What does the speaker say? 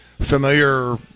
familiar